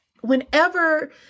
whenever